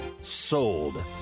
Sold